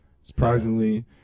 surprisingly